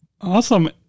Awesome